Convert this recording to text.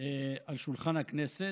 על שולחן הכנסת.